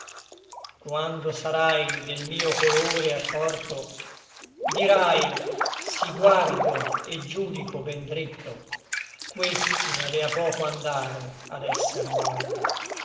quando sarai del mio colore accorto dirai s'i guardo et giudico ben dritto questi avea poco andare ad esser morto